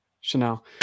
Chanel